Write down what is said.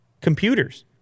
Computers